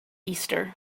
easter